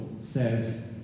says